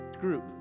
group